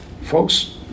Folks